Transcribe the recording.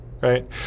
Right